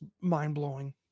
mind-blowing